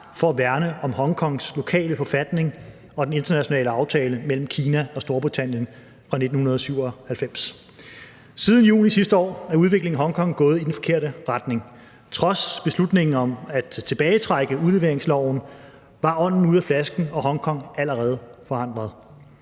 for at værne om Hongkongs lokale forfatning og den internationale aftale mellem Kina og Storbritannien fra 1997. Siden juli sidste år er udviklingen i Hongkong gået i den forkerte retning. Trods beslutningen om at tilbagetrække udleveringsloven var ånden ude af flasken og Hongkong allerede forandret.